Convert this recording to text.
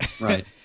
right